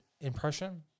impression